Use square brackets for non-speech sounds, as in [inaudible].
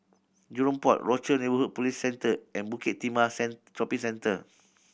Jurong Port Rochor Neighborhood Police Centre and Bukit Timah [unintelligible] Shopping Centre